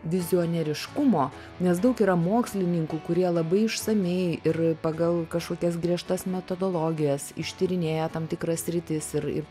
vizionieriškumo nes daug yra mokslininkų kurie labai išsamiai ir pagal kažkokias griežtas metodologijas ištyrinėja tam tikras sritis ir ir